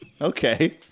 okay